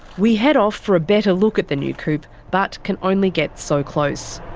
we head off for a better look at the new coupe, but can only get so close.